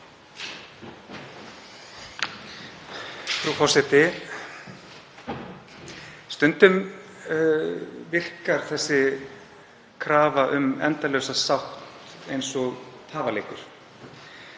Frú forseti. Stundum virkar þessi krafa um endalausa sátt eins og tafaleikur,